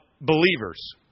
believers